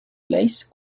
place